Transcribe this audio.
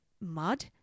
mud